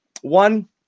One